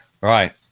Right